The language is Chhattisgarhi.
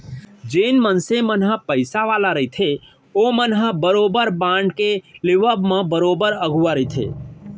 जेन मनसे मन ह पइसा वाले रहिथे ओमन ह बरोबर बांड के लेवब म बरोबर अघुवा रहिथे